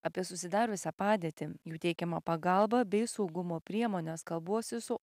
apie susidariusią padėtį jų teikiamą pagalbą bei saugumo priemones kalbuosi su